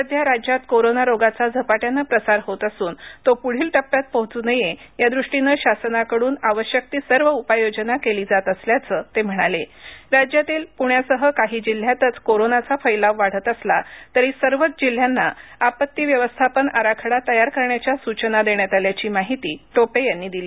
सध्या राज्यात कोरोना रोगाचा झपाट्यानं प्रसार होत असून तो पुढील टप्प्यात पोहोचू नये यादृष्टीनं शासनाकडून आवश्यक ती सर्व उपाय योजना केली जात असल्याचं ते म्हणाले राज्यातील पुण्यासह काही जिल्ह्यातच कोरोनाचा फैलाव वाढत असला तरी सर्वच जिल्ह्याना आपत्ती व्यवस्थापन आराखडा तयार करण्याच्या सूचना देण्यात आल्याची माहिती टोपे यांनी दिली